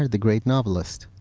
the great novelist.